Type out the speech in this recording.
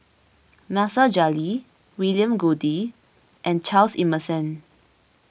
Nasir Jalil William Goode and Charles Emmerson